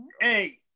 Hey